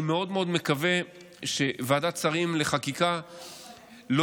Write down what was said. אני מאוד מאוד מקווה שוועדת שרים לחקיקה לא